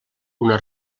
una